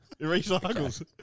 recycles